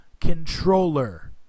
controller